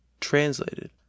Translated